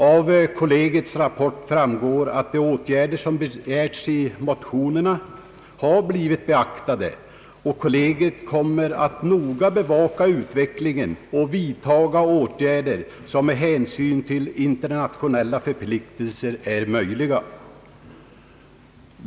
Av kollegiets rapport framgår att de åtgärder som begärts i motionerna har blivit beaktade och att kollegiet kommer att noga bevaka utvecklingen och vidtaga de åtgärder som med hänsyn till internationella förpliktelser är möjliga.